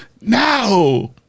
now